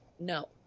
No